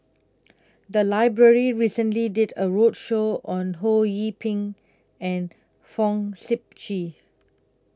The Library recently did A roadshow on Ho Yee Ping and Fong Sip Chee